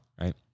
right